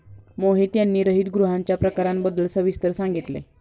मोहित यांनी हरितगृहांच्या प्रकारांबद्दल सविस्तर सांगितले